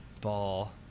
Ball